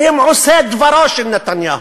והם עושי דברו של נתניהו,